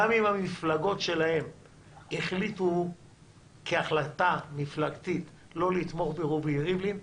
גם אם המפלגות שלהם החליטו כהחלטה מפלגתית לא לתמוך ברובי ריבלין,